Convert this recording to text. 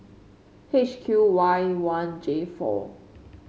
H Q Y one J four